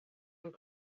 and